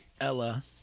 Ella